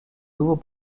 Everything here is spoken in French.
nouveau